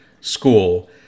school